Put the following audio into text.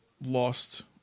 lost